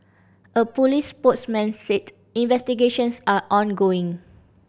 a police spokesman said investigations are ongoing